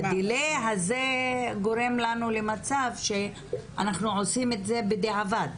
הדיליי הזה גורם לנו למצב שאנחנו עושים את זה בדיעבד.